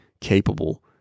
capable